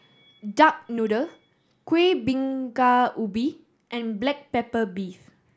duck noodle Kueh Bingka Ubi and black pepper beef